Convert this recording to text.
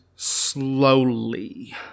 slowly